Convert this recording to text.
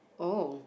oh